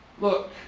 look